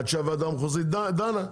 עד שהוועדה המחוזית דנה.